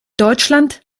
deutschland